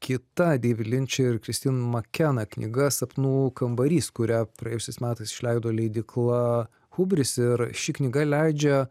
kita deivid linč ir kristin makena knyga sapnų kambarys kurią praėjusiais metais išleido leidykla hubris ir ši knyga leidžia